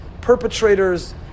Perpetrators